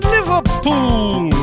Liverpool